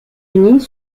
unis